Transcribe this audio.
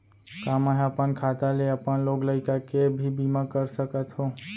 का मैं ह अपन खाता ले अपन लोग लइका के भी बीमा कर सकत हो